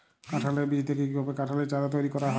কাঁঠালের বীজ থেকে কীভাবে কাঁঠালের চারা তৈরি করা হয়?